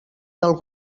del